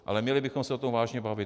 Ale měli bychom se o tom vážně bavit.